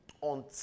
on